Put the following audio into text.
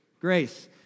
Grace